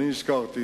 אני הזכרתי